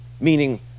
meaning